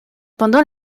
pendant